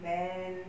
then